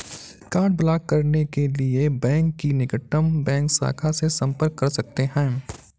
card block करने के लिए बैंक की निकटतम बैंक शाखा से संपर्क कर सकते है